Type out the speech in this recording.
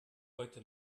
heute